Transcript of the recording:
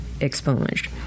expunged